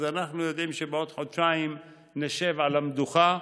אז אנחנו יודעים שבעוד חודשיים נשב על המדוכה,